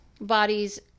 bodies